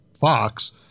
Fox